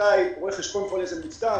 עד סוף השנה הקודמת.